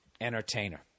entertainer